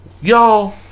y'all